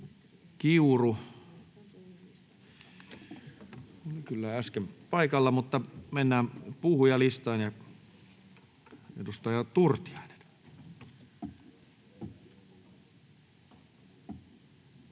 Kiuru. Ei ole paikalla, joten mennään puhujalistaan. — Edustaja Turtiainen. [Speech